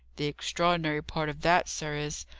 the extraordinary part of that, sir, is,